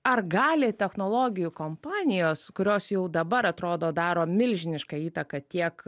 ar gali technologijų kompanijos kurios jau dabar atrodo daro milžinišką įtaką tiek